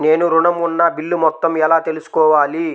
నేను ఋణం ఉన్న బిల్లు మొత్తం ఎలా తెలుసుకోవాలి?